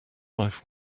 life